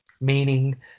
meaning